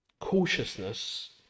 Cautiousness